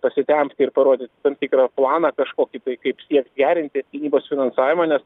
pasitempti ir parodyt tam tikrą planą kažkokį tai kaip siekt gerinti gynybos finansavimą nes